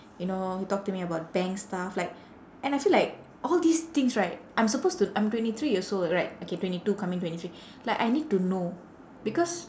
you know he talk to me about bank stuff like and I feel like all these things right I'm supposed to I'm twenty three years old right okay twenty two coming twenty three like I need to know because